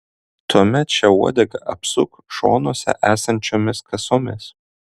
tuomet šią uodegą apsuk šonuose esančiomis kasomis